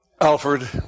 Alfred